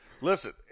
listen